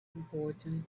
important